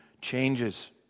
changes